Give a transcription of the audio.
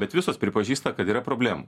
bet visos pripažįsta kad yra problemų